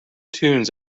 tunes